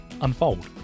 Unfold